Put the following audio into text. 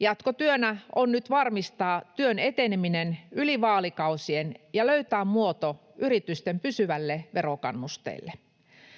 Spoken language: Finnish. Jatkotyönä on nyt varmistaa työn eteneminen yli vaalikausien ja löytää muoto yritysten pysyvälle verokannusteelle.